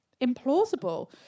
implausible